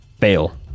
Fail